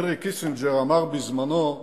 הנרי קיסינג'ר אמר בזמנו: